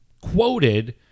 quoted